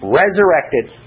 resurrected